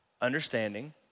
understanding